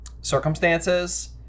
circumstances